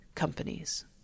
companies